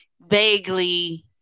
vaguely